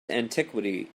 antiquity